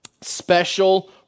special